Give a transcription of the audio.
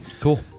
Cool